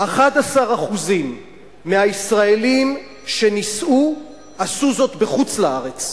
11% מהישראלים שנישאו, עשו זאת בחוץ-לארץ.